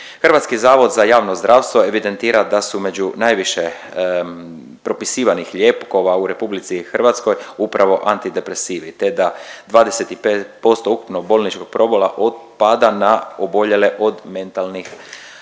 Hrvatski zavod za javno zdravstvo evidentira da su među najviše propisivanih lijekova u Republici Hrvatskoj upravo antidepresivi, te da 25% ukupnog bolničkog pobola otpada na oboljele od mentalnih bolesti.